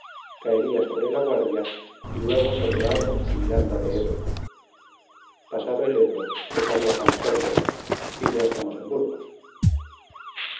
caería sobre la guardia y luego sobre haro y miranda de ebro pasado el ebro se salva pancorbo y ya estamos en burgos